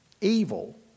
evil